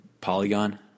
Polygon